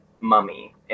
mummy